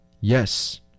Yes